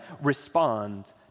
respond